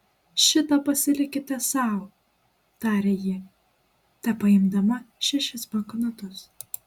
šitą pasilikite sau tarė ji tepaimdama šešis banknotus